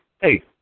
hey